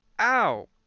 ow